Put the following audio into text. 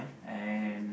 and